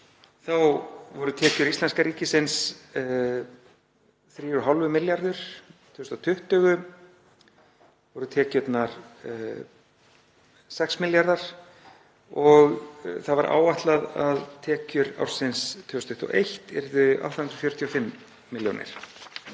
voru tekjur íslenska ríkisins 3,5 milljarðar, árið 2020 voru tekjurnar 6 milljarðar. Það var áætlað að tekjur ársins 2021 yrðu 845 milljónir.